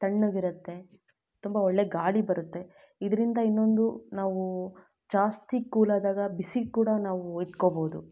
ತಣ್ಣಗಿರುತ್ತೆ ತುಂಬ ಒಳ್ಳೆ ಗಾಳಿ ಬರುತ್ತೆ ಇದರಿಂದ ಇನ್ನೊಂದು ನಾವು ಜಾಸ್ತಿ ಕೂಲಾದಾಗ ಬಿಸಿ ಕೂಡ ನಾವು ಇಟ್ಕೊಳ್ಬಹುದು